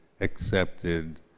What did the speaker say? accepted